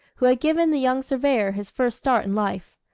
who had given the young surveyor his first start in life.